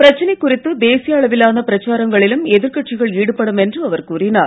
பிரச்சனை குறித்து தேசிய அளவிலான பிரச்சாரங்களிலும் எதிர்க்கட்சிகள் ஈடுபடும் என்று அவர் கூறினார்